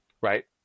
right